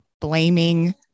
blaming